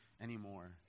anymore